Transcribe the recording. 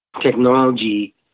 technology